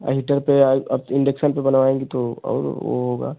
अएन पर आप इन्डक्शन पर बनाएंगे तो और वह होगा